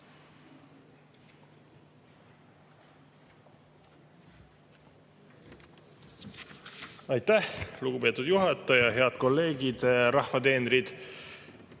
Aitäh, lugupeetud juhataja! Head kolleegid, rahva teenrid!